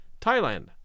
Thailand